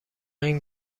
این